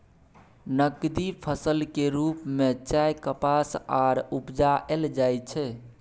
नकदी फसल के रूप में चाय, कपास आर उपजाएल जाइ छै